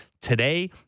today